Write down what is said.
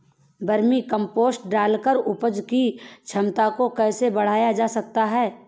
Vermi compost डालकर उपज की क्षमता को कैसे बढ़ाया जा सकता है?